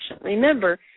Remember